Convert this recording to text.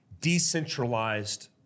decentralized